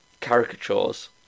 caricatures